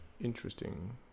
interesting